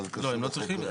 לא, הם לא צריכים.